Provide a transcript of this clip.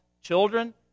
children